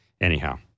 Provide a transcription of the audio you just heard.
Anyhow